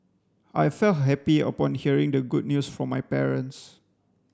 I felt happy upon hearing the good news from my parents